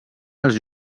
els